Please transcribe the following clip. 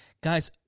Guys